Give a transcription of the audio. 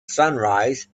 sunrise